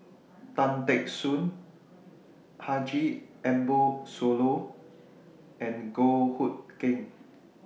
Tan Teck Soon Haji Ambo Sooloh and Goh Hood Keng